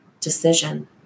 decision